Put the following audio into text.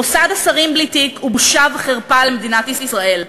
מוסד השרים בלי תיק הוא בושה וחרפה למדינת ישראל.